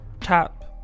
tap